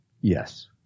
Yes